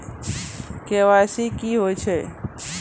KYC की होय छै?